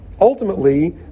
ultimately